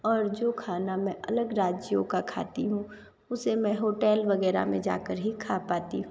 और जो खाना में अलग राज्यों का खाती हूँ उसे मैं होटल वगैरह में जा कर ही खा पाती हूँ